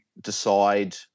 decide